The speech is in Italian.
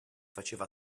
faceva